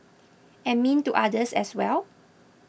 and mean to others as well